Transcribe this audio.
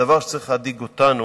הדבר שצריך להדאיג אותנו